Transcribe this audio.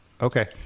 okay